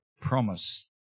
promise